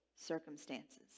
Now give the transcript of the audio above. circumstances